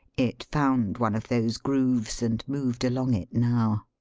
it found one of those grooves and moved along it now.